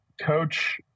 Coach